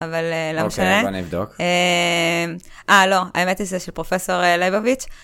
אבל לא משנה, אה לא, האמת היא שזה של פרופסור ליבוביץ'.